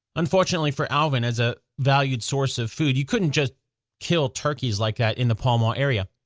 unfortunately for alvin, as a valued source of food, you couldn't just kill turkeys like that in the pall mall area.